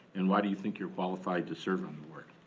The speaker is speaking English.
and why do you think you're qualified to serve on the board?